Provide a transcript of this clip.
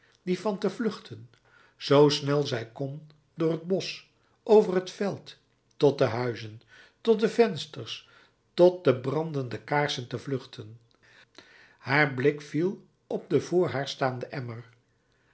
die van te vluchten zoo snel zij kon door het bosch over het veld tot de huizen tot de vensters tot de brandende kaarsen te vluchten haar blik viel op den voor haar staanden emmer